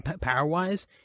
power-wise